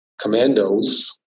commandos